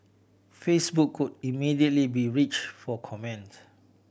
Facebook could immediately be reached for comment